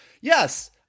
yes